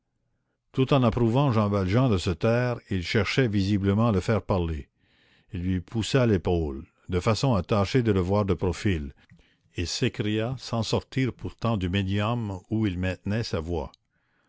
tout en approuvant jean valjean de se taire il cherchait visiblement à le faire parler il lui poussa l'épaule de façon à tâcher de le voir de profil et s'écria sans sortir pourtant du médium où il maintenait sa voix